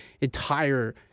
entire